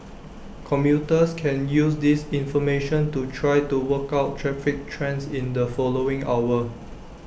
commuters can use this information to try to work out traffic trends in the following hour